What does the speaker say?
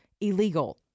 illegal